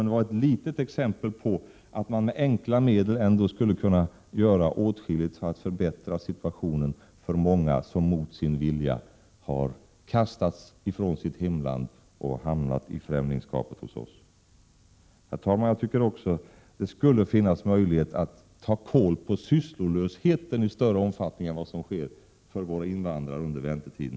Det är ett litet exempel på att vi med enkla medel ändå skulle kunna göra åtskilligt för att förbättra situationen för många som mot sin vilja har kastats från sitt hemland och hamnat i främlingskapet hos oss. Herr talman! Jag tycker också att det borde finnas möjlighet att ta kål på sysslolösheten i större omfattning än vad som nu sker för våra invandrare under deras väntetid.